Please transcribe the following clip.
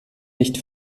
nicht